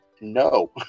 no